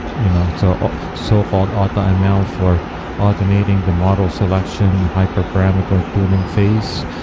you know so ah so-called automl for automating the model selection, hyper-parameter tuning phase.